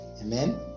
Amen